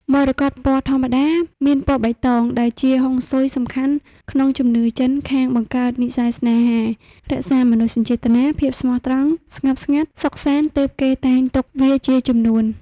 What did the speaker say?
មរកតពណ៌ធម្មតាមានពណ៌បៃតងដែលជាហុងស៊ុយសំខាន់ក្នុងជំនឿចិនខាង បង្កើតនិស្ស័យស្នេហា រក្សាមនោសញ្ចេតនា ភាពស្មោះត្រង់ ស្ងប់ស្ងាត់សុខសាន្តទើបគេតែងទុកវាជាជំនួន។